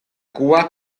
cua